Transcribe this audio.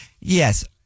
Yes